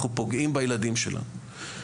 אנחנו פוגעים בילדים שלנו.